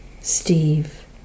Steve